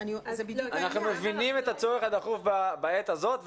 אנחנו מבינים את הצורך הדחוף בעת הזאת.